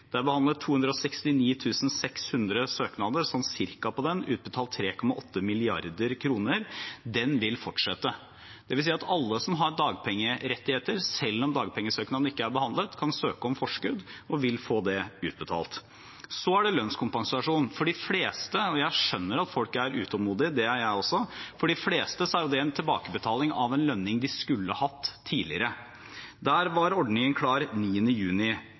Det er behandlet ca. 269 600 søknader og utbetalt ca. 3,8 mrd. kr. Ordningen vil fortsette. Det vil si at alle som har dagpengerettigheter, selv om dagpengesøknaden ikke er behandlet, kan søke om forskudd og vil få det utbetalt. Så til lønnskompensasjonen: For de fleste – og jeg skjønner at folk er utålmodige, det er jeg også – er det en tilbakebetaling av en lønning de skulle hatt tidligere. Ordningen var klar 9. juni.